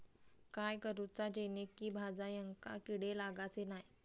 काय करूचा जेणेकी भाजायेंका किडे लागाचे नाय?